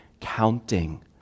counting